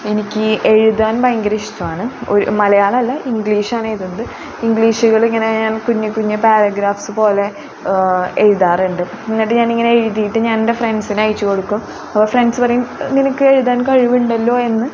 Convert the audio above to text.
എനിക്ക് എഴുതാൻ ഭയങ്കര ഇഷ്ടമാണ് മലയാളമല്ല ഇംഗ്ലീഷ് ആണ് എഴുതുന്നത് ഇംഗ്ലീഷിൽ ഇങ്ങനെ കുഞ്ഞി കുഞ്ഞി പാരഗ്രാഫ്സ് പോലെ എഴുതാറുണ്ട് എന്നിട്ട് ഞാനിങ്ങനെ എഴുതിയിട്ട് ഞാനെന്റെ ഫ്രണ്ട്സിന് അയച്ച് കൊടുക്കും അപ്പോൾ ഫ്രണ്ട്സ് പറയും നിനക്ക് എഴുതാൻ കഴിവുണ്ടല്ലോ എന്ന്